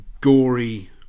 gory